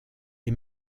est